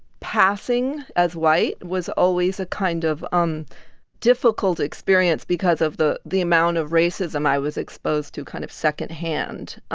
passing as white was always a kind of um difficult experience because of the the amount of racism i was exposed to kind of secondhand.